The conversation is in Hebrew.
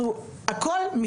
אנחנו הכל,